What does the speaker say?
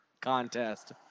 contest